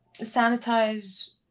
sanitize